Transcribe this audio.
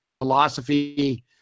philosophy